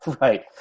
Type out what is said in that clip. Right